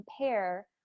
compare